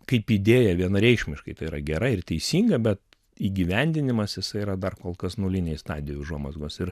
kaip idėja vienareikšmiškai tai yra gera ir teisinga bet įgyvendinimas jisai yra dar kol kas nulinėj stadijoj užuomazgos ir